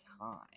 time